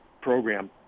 program